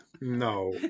No